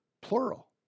plural